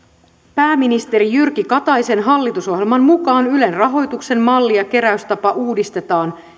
pääministeri jyrki kataisen hallitusohjelman mukaan ylen rahoituksen malli ja keräystapa uudistetaan